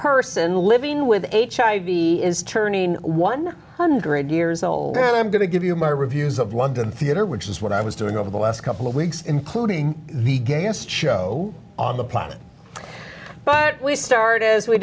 person living with hiv is turning one hundred years old and i'm going to give you my reviews of london theater which is what i was doing over the last couple of weeks including the gayest show on the planet but we start as we